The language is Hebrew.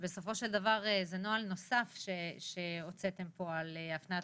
שבסופו של דבר זה נוהל נוסף שהוצאתם פה של הפניית